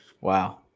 Wow